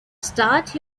start